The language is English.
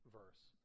verse